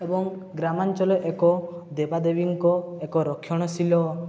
ଏବଂ ଗ୍ରାମାଞ୍ଚଳ ଏକ ଦେବା ଦେବୀଙ୍କ ଏକ ରକ୍ଷଣଶୀଳ